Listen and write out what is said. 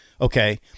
Okay